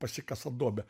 pasikasa duobę